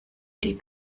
die